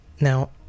Now